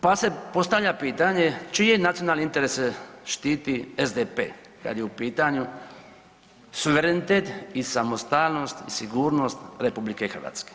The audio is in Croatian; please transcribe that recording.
Pa se postavlja pitanje čije nacionalne interese štiti SDP kad je u pitanju suverenitet i samostalnost i sigurnost RH?